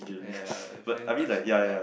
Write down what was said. ya shouldn't touch ya